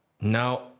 now